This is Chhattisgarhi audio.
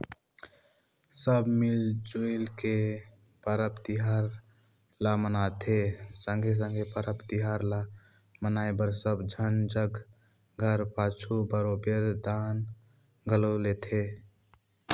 सब मिल जुइल के परब तिहार ल मनाथें संघे संघे परब तिहार ल मनाए बर सब झन जग घर पाछू बरोबेर दान घलो लेथें